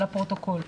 לפרוטוקול,